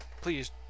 please